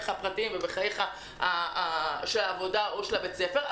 הפרטיים ובחיי העבודה או בחיי בית הספר,